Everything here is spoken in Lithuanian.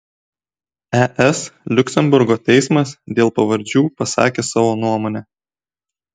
es liuksemburgo teismas dėl pavardžių pasakė savo nuomonę